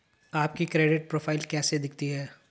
आपकी credit profile कैसी दिखती है?